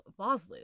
Vosloo